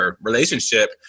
relationship